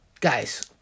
Guys